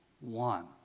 one